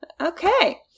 okay